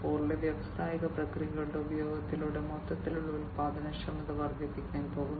0 ലെ വ്യാവസായിക പ്രക്രിയകളുടെ ഉപയോഗത്തിലൂടെ മൊത്തത്തിലുള്ള ഉൽപ്പാദനക്ഷമത വർധിപ്പിക്കാൻ പോകുന്നു